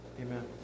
Amen